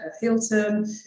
Hilton